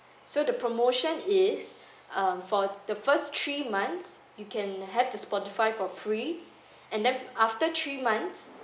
so the promotion is um for the first three months you can have to spotify for free and then after three months